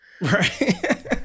Right